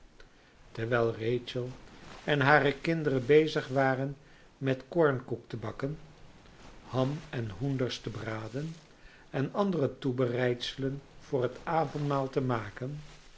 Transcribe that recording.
terwijl rachel en hare kinderen bezig waren met koornkoek te bakken ham en hoenders te braden en andere toebereidselen voor het avondmaal te maken